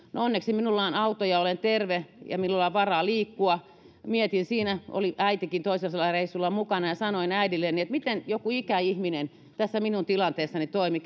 onneksi minulla on auto ja olen terve ja minulla on varaa liikkua mietin siinä oli äitikin toisella reissulla mukana ja sanoin äidilleni että miten joku ikäihminen tässä minun tilanteessani toimii